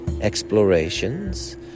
explorations